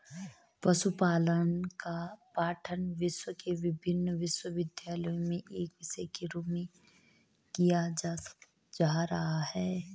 पशुपालन का पठन विश्व के विभिन्न विश्वविद्यालयों में एक विषय के रूप में किया जा रहा है